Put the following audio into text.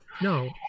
No